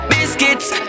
Biscuits